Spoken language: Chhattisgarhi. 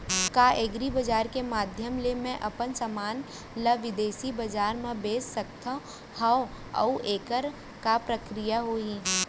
का एग्रीबजार के माधयम ले मैं अपन समान ला बिदेसी बजार मा बेच सकत हव अऊ एखर का प्रक्रिया होही?